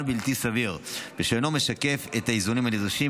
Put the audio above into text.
בלתי סביר ושאינו משקף את האיזונים הנדרשים.